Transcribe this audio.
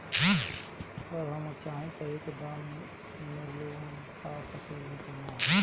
अगर हम चाहि त एक दा मे लोन भरा सकले की ना?